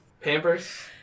Pampers